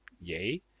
yay